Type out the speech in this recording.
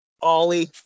Ollie